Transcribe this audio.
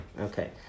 Okay